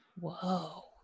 Whoa